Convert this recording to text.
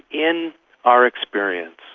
in our experience,